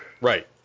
Right